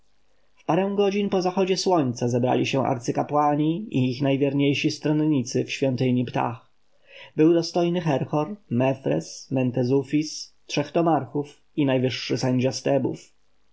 parę godzin po zachodzie słońca zebrali się arcykapłani i ich najwierniejsi stronnicy w świątyni ptah był dostojny herhor mefres mentezufis trzech nomarchów i najwyższy sędzia z tebów